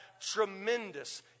tremendous